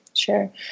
Sure